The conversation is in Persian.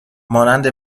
مانند